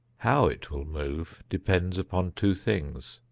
how it will move depends upon two things,